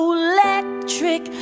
electric